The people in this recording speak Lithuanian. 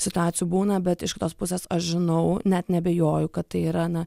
situacijų būna bet iš kitos pusės aš žinau net neabejoju kad tai yra na